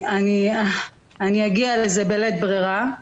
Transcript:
אגיע לזה בלית ברירה.